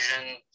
vision